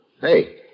Hey